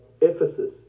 Ephesus